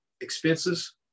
expenses